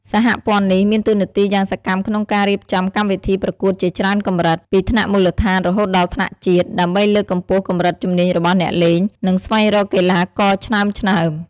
សហព័ន្ធនេះ មានតួនាទីយ៉ាងសកម្មក្នុងការរៀបចំកម្មវិធីប្រកួតជាច្រើនកម្រិត ពីថ្នាក់មូលដ្ឋានរហូតដល់ថ្នាក់ជាតិ ដើម្បីលើកកម្ពស់កម្រិតជំនាញរបស់អ្នកលេង និងស្វែងរកកីឡាករឆ្នើមៗ។